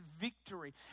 victory